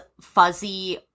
fuzzy